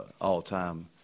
all-time